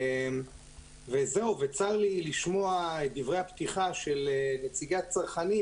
צר לי לשמוע את דברי הפתיחה של נציג הצרכנים,